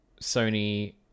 Sony